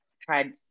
tried